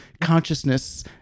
consciousness